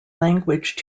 language